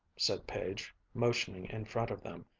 said page, motioning in front of them,